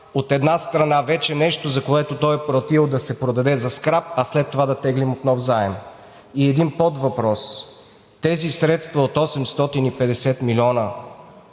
от една страна, вече нещо за което той е платил, да се продаде за скрап, а след това да теглим нов заем. И един подвъпрос. Тези средства от 850 милиона